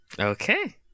Okay